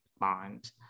bond